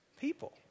people